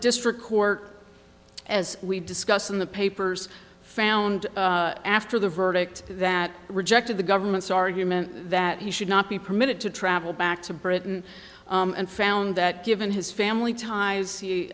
district court as we discuss in the papers found after the verdict that rejected the government's argument that he should not be permitted to travel back to britain and found that given his family ties